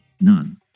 None